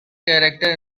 character